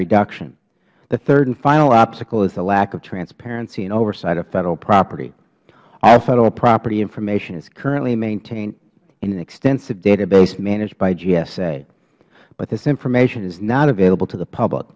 reduction the third and final obstacle is the lack of transparency and oversight of federal property all federal property information is currently maintained in an extensive database managed by gsa but this information is not available to the public